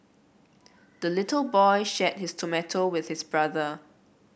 the little boy shared his tomato with his brother